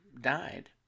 died